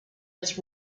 its